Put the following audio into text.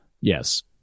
Yes